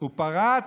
הוא פרץ?